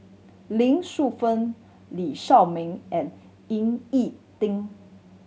Lee Shu Fen Lee Shao Meng and Ying E Ding